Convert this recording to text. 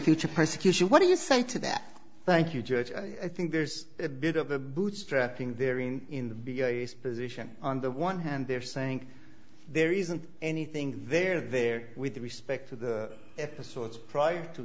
future persecution what do you say to that thank you judge i think there's a bit of a bootstrapping there in position on the one hand they're saying there isn't anything there there with respect to the episodes prior to